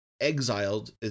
exiled